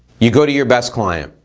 you go to your best client.